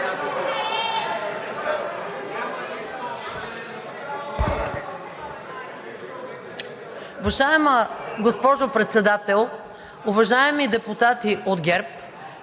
Уважаема госпожо Председател! Уважаеми депутати от ГЕРБ,